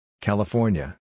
California